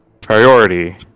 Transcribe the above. priority